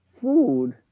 food